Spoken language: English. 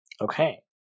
Okay